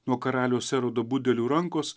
nuo karaliaus erodo budelių rankos